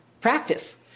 practice